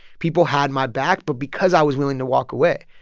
people had my back but because i was willing to walk away.